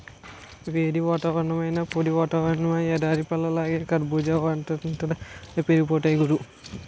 వేడి వాతావరణమైనా, పొడి వాతావరణమైనా ఎడారి పళ్ళలాగా కర్బూజా వాటంతట అవే పెరిగిపోతాయ్ గురూ